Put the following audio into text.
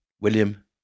william